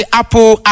Apple